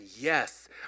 yes